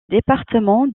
département